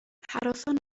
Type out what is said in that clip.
هراسان